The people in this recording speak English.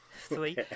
three